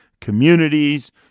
communities